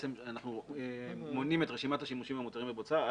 אנחנו מונים את רשימת השימושים המותרים בבוצה.